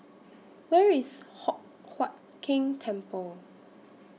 Where IS Hock Huat Keng Temple